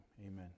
Amen